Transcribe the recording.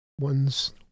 one's